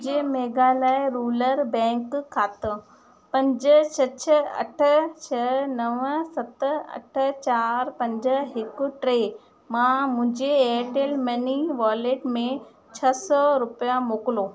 मुंहिंजे Meghalaya rural bank खातो पंज छह छह अठ छह नव सत अठ चार पंज हिकु टे मां मुंहिंजे एयरटेल मनी वॉलेट में छह सौ रुपया मोकिलियो